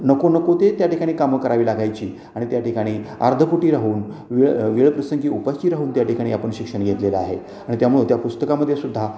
नको नको ते त्या ठिकाणी कामं करावी लागायची आणि त्या ठिकाणी अर्धपोटी राहून वेळ वेळप्रसंगी उपाशी राहून त्या ठिकाणी आपण शिक्षण घेतलेलं आहे आणि त्यामुळे त्या पुस्तकामध्ये सुद्धा